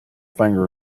finger